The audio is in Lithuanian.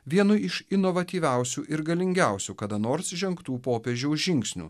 vienu iš inovatyviausių ir galingiausių kada nors žengtų popiežiaus žingsnių